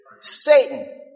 Satan